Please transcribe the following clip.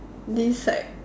this like